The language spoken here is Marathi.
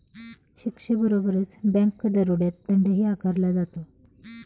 शिक्षेबरोबरच बँक दरोड्यात दंडही आकारला जातो